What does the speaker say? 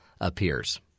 appears